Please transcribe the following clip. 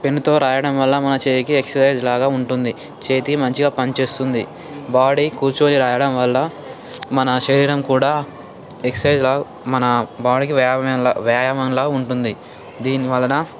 పెన్తో రాయడం వల్ల మన చేయికి ఎక్సైజ్ లాగా ఉంటుంది చేతి మంచిగా పనిచేస్తుంది బాడీ కూర్చొని రాయడం వల్ల మన శరీరం కూడా ఎక్సైజ్ మన బాడీ కూడా వ్యాయామం వ్యాయామం లాగా ఉంటుంది దీని వలన